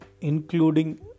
including